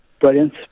Brilliant